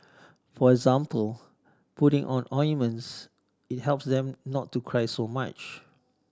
for example putting on ointments it helps them not to cry so much